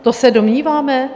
To se domníváme?